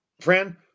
fran